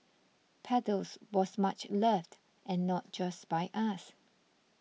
paddles was much loved and not just by us